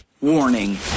Warning